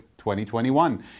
2021